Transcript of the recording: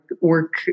work